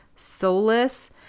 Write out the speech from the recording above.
soulless